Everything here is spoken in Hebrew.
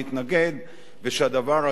לכן חשבתי שאין כאן בעיה.